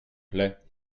plait